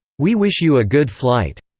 we wish you a good flight.